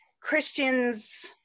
Christian's